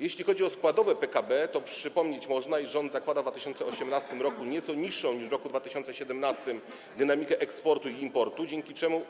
Jeśli chodzi o składowe PKB, to przypomnieć można, iż rząd zakłada w 2018 r. nieco niższą niż w roku 2017 dynamikę eksportu i importu, dzięki czemu